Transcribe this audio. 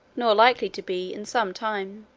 nor likely to be in some time.